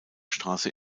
straße